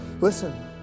Listen